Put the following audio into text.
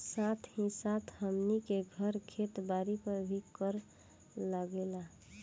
साथ ही साथ हमनी के घर, खेत बारी पर भी कर लागेला